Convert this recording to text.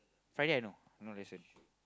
Friday I no no lesson